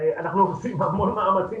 אנחנו עושים המון מאמצים,